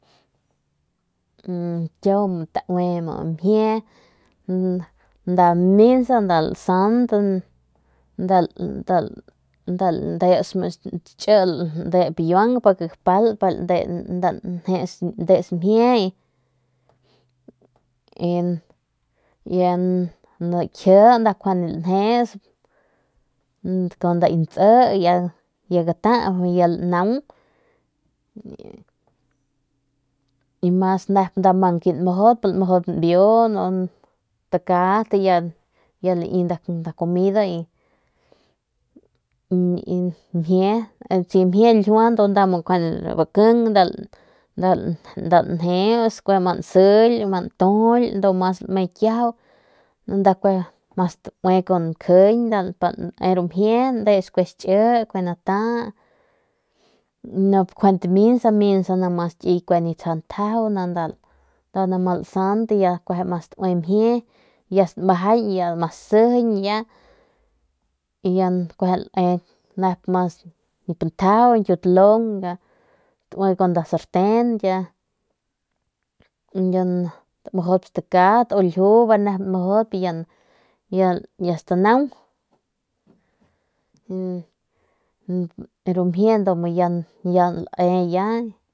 Kiau taue mjie nda minsa nda lasant nda landep kiuang pa gapal pa nda ndes mjie u kji kjuande nda lanjeus kun nda ki ntsi kun ya gata nda ya lanaung nda nep mas mang nmujudp mbiu stakat y ya lai nda comida y si mjie ljiua ndu kjuande nda lanjeul baking nda ma staue kun biu nkjiñ pa ne ru mjie ndes kampiay chi nup kjuande minsa ne ni ni tsjau ntjajau ni mas riat lasant ya stamjañ ya ma sijiñ y ya biu nkiutalung staui kun nda sarten y ya stamujudp stakat u ljiu ver nep mang nmujudp ru mjie ndu mu ya daui ya ximiñ y ya nda lantsing.